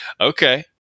okay